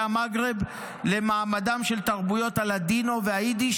המגרב למעמדן של תרבויות הלדינו והיידיש,